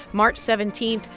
march seventeen.